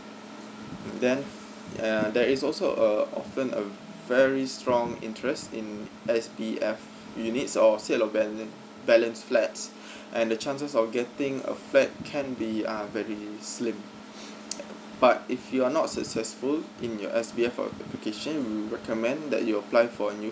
then err there is also err often a very strong interest in S_B_F units or said a balance balance flats and the chances of getting a flat can be uh very slim uh but if you are not successful in your S_B_F application we recommend that you apply for new